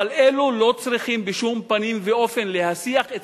אבל אלה לא צריכים בשום פנים ואופן להסיח את